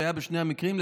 שהיה בשני המקרים,